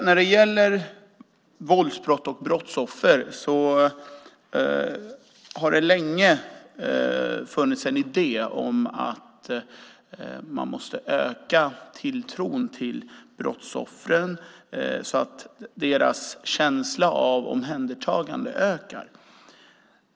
När det gäller våldsbrott och brottsoffer har det länge funnits en idé om att man måste öka tilltron till brottsoffren så att deras känsla av omhändertagande ökar.